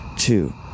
Two